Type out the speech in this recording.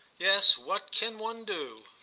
yes, what can one do?